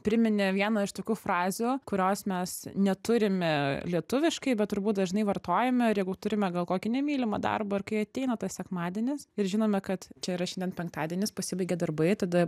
priminė vieną iš tokių frazių kurios mes neturime lietuviškai bet turbūt dažnai vartojame ir jeigu turime gal kokį nemylimą darbą ar kai ateina tas sekmadienis ir žinome kad čia yra šiandien penktadienis pasibaigė darbai tada